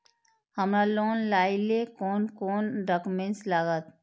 हमरा लोन लाइले कोन कोन डॉक्यूमेंट लागत?